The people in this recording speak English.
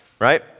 right